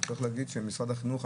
משרד החינוך,